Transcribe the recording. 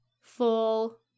full